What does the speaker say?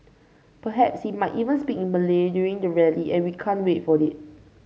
perhaps he might even speak in Malay during the rally and we can't wait for it